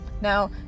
Now